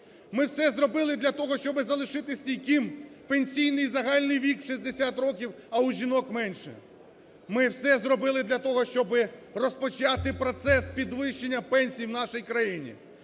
Ми все зробили для того, щоб залишити стійким пенсійний загальний вік у 60 років, а у жінок менше. Ми все зробили для того, щоб розпочати процес підвищення пенсій в нашій країні.